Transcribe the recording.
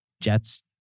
Jets